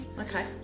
Okay